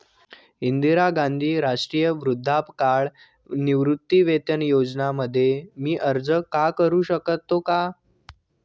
इंदिरा गांधी राष्ट्रीय वृद्धापकाळ निवृत्तीवेतन योजना मध्ये मी अर्ज का करू शकतो का?